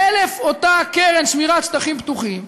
חלף אותה קרן שמירת שטחים פתוחים,